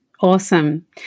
Awesome